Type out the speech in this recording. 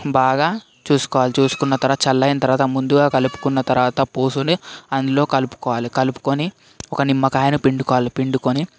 బాగా చూసుకోవాలి చూసుకున్న తర్వాత చల్లగా అయిన తర్వాత ముందుగా కలుపుకున్న తర్వాత పోసుని అందులో కలుపుకోవాలి కలుపుకొని ఒక నిమ్మకాయను పిండుకోవాలి పిండుకొని